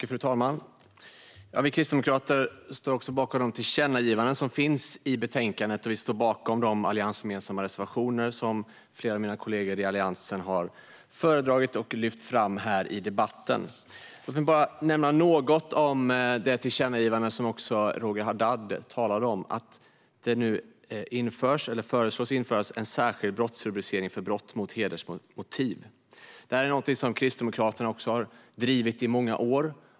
Fru talman! Vi kristdemokrater står bakom de tillkännagivanden som finns i betänkandet, och vi står bakom de alliansgemensamma reservationer som flera av mina kollegor i Alliansen har föredragit och lyft fram i debatten. Låt mig bara nämna något om det tillkännagivande som Roger Haddad talade om. Det föreslås nu en särskild brottsrubricering för brott med hedersmotiv. Detta är någonting som Kristdemokraterna har drivit i många år.